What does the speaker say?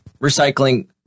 recycling